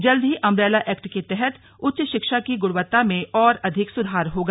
जल्द ही umbrella act के तहत उच्च शिक्षा की गुणवता में और अधिक सुधार होगा